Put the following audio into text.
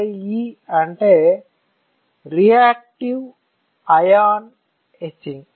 RIE అంటే reactive ion etching